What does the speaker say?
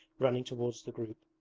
running towards the group.